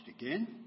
again